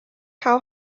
how